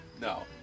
No